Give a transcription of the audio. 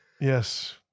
Yes